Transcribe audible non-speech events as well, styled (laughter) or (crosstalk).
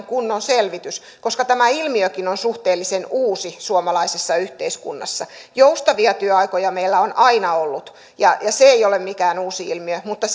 (unintelligible) kunnon selvitys koska tämä ilmiökin on suhteellisen uusi suomalaisessa yhteiskunnassa joustavia työaikoja meillä on aina ollut ja se ei ole mikään uusi ilmiö mutta (unintelligible)